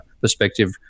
perspective